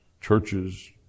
churches